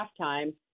halftime